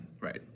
Right